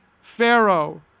Pharaoh